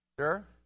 Sure